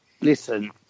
listen